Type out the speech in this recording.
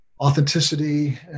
authenticity